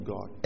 God